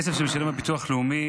הכסף שהם משלמים לביטוח לאומי